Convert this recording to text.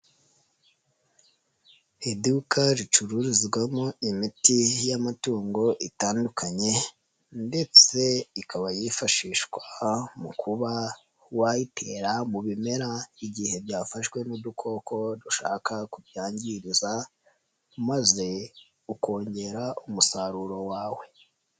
Iduka ricururizwamo imiti y'amatungo itandukanye ndetse ikaba yifashishwa mu kuba wayitera mu bimera igihe byafashwe n'udukoko dushaka kubyangiriza maze ukongera umusaruro wawe.